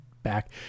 back